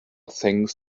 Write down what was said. things